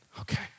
Okay